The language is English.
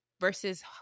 versus